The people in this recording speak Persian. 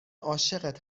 عاشقت